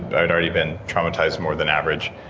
i'd already been traumatized more than average,